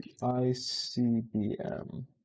ICBM